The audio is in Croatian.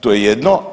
To je jedno.